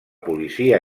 policia